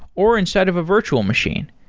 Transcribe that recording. or inside of a virtual machine.